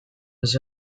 was